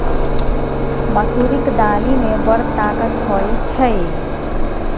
मसुरीक दालि मे बड़ ताकत होए छै